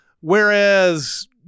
whereas